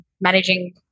managing